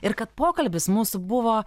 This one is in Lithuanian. ir kad pokalbis mūsų buvo